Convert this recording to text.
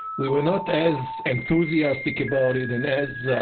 we were not as enthusiastic about it and as,